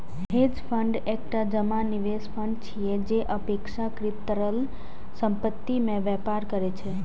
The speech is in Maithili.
हेज फंड एकटा जमा निवेश फंड छियै, जे अपेक्षाकृत तरल संपत्ति मे व्यापार करै छै